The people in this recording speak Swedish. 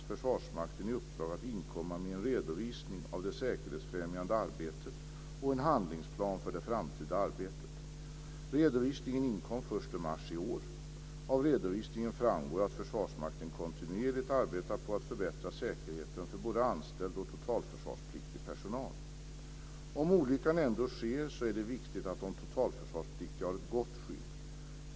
Försvarsmakten i uppdrag att inkomma med en redovisning av det säkerhetsfrämjande arbetet och en handlingsplan för det framtida arbetet. Redovisningen inkom den 1 mars i år. Av redovisningen framgår att Försvarsmakten kontinuerligt arbetar på att förbättra säkerheten för både anställd och totalförsvarspliktig personal. Om olyckan ändå sker är det viktigt att de totalförsvarspliktiga har ett gott skydd.